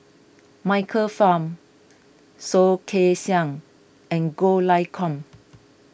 Michael Fam Soh Kay Siang and Goh Lay Kuan